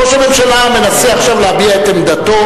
ראש הממשלה מנסה עכשיו להביע את עמדתו